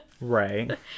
Right